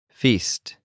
feast